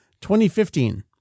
2015